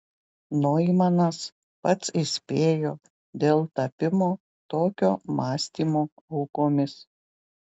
noimanas pats įspėjo dėl tapimo tokio mąstymo aukomis